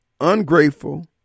ungrateful